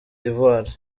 d’ivoire